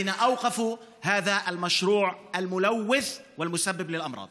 שעצרו את הפרויקט המזהם והגורם למחלות